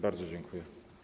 Bardzo dziękuję.